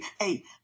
Hey